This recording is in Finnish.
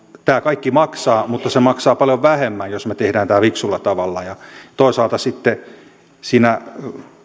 tämä kaikki maksaa mutta se maksaa paljon vähemmän jos me teemme tämän fiksulla tavalla toisaalta siinä